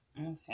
Okay